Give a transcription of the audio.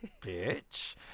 bitch